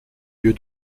lieu